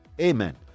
Amen